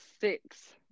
six